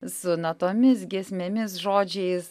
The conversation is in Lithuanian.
su natomis giesmėmis žodžiais